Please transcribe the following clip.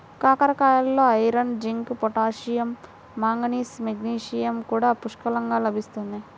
కాకరకాయలలో iron, zinc, potassium, manganese, magnesium కూడా పుష్కలంగా లభిస్తుంది